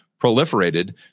proliferated